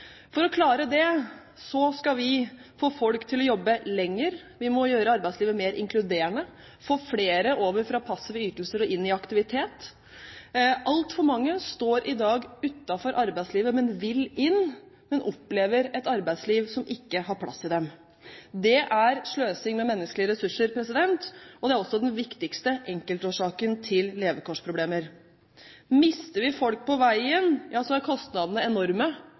For å klare det skal vi få folk til å jobbe lenger. Vi må gjøre arbeidslivet mer inkluderende og få flere over fra passive ytelser og inn i aktivitet. Altfor mange står i dag utenfor arbeidslivet og vil inn, men opplever et arbeidsliv som ikke har plass til dem. Det er sløsing med menneskelige ressurser, og det er også den viktigste enkeltårsaken til levekårsproblemer. Mister vi folk på veien, ja så er kostnadene enorme,